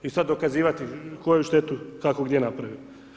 I sad dokazivati koju štetu je kako gdje napravio.